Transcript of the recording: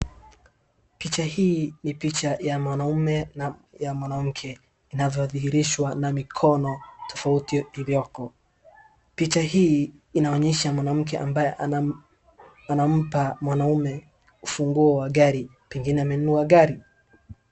Picha hii ni picha ya mwanaume na ya mwanamke inavyodhihirishwa na mikono tofauti ilioko. Picha hii inaonyesha mwanamke ambaye anampa mwanaume ufunguo wa gari, pengine amenunua gari.